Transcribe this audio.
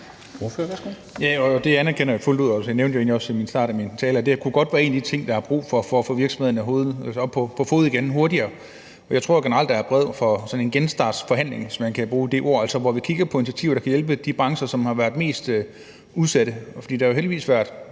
Jeg nævnte jo egentlig også i starten af min tale, at det her godt kunne være en af de ting, der er brug for, for at få virksomhederne hurtigere på fode igen. Jeg tror generelt, der er behov for sådan en genstartsforhandling, hvis man kan bruge det ord, altså hvor vi kigger på initiativer, der kan hjælpe de brancher, som har været mest udsat. For der har jo heldigvis –